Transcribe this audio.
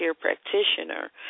practitioner